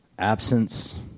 absence